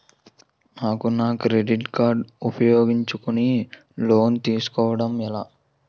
నాకు నా credit card ఉపయోగించుకుని లోన్ తిస్కోడం ఎలా?